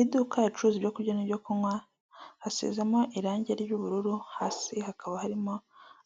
Idukacuruza ibyokurya n'ibyo kunywa hasimo irangi ry'ubururu hasi hakaba harimo